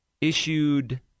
issued